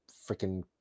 freaking